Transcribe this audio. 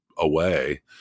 away